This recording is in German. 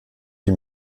sie